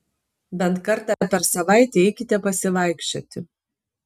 bent kartą per savaitę eikite pasivaikščioti